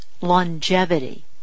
longevity